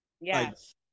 Yes